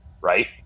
right